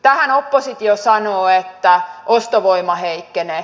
tähän oppositio sanoo että ostovoima heikkenee